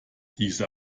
diese